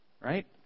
Right